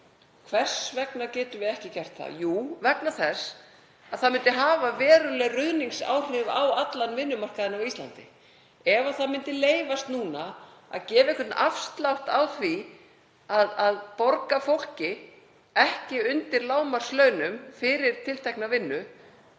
Hvers vegna getum við ekki gert það? Jú, vegna þess að það myndi hafa veruleg ruðningsáhrif á allan vinnumarkaðinn á Íslandi. Ef það myndi leyfast núna að gefa einhvern afslátt af því að borga fólki ekki undir lágmarkslaunum fyrir tiltekna vinnu